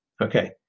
Okay